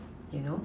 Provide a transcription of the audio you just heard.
you know